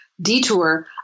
Detour